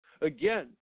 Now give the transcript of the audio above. Again